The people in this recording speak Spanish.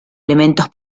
elementos